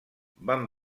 van